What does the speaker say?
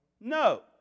No